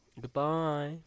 Goodbye